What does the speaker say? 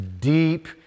deep